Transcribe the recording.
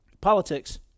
Politics